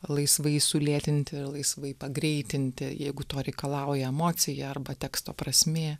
laisvai sulėtinti ir laisvai pagreitinti jeigu to reikalauja emocija arba teksto prasmė